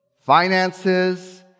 finances